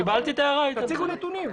תציגו נתונים.